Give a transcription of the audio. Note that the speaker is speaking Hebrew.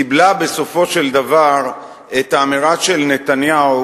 קיבלו בסופו של דבר את האמירה של נתניהו